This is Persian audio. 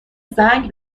زنگ